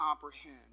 comprehend